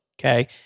okay